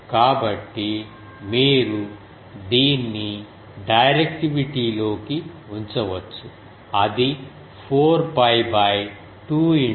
కాబట్టి మీరు దీన్ని డైరెక్టివిటీ లోకి ఉంచవచ్చు అది 4 𝜋 2 1